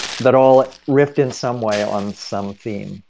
that all riffed in some way on some theme,